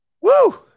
Woo